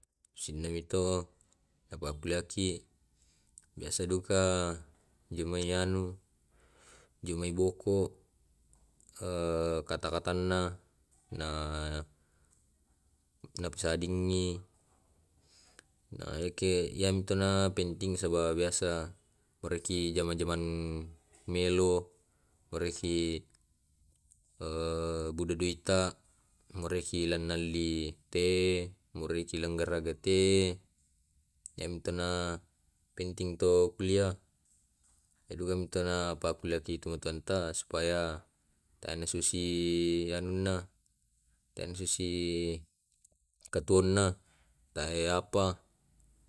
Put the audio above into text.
Sennai mito apapuleiki biasa duka jumai anu jumai boko, eh kata katanna na pusadding i na eke yamtu na penting biasa puraki jaman jaman melo puraiki buda duita, moreiki mallei te, mureiki na garagga tei, yamta na penting to kuliah. Den dukaka na pa kulliakki tomatoanta supaya tan ana susi anna tan susi anuna katuonna tae apa